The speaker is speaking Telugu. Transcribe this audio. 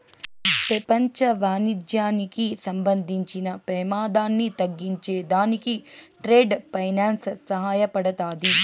పెపంచ వాణిజ్యానికి సంబంధించిన పెమాదాన్ని తగ్గించే దానికి ట్రేడ్ ఫైనాన్స్ సహాయపడతాది